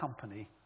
company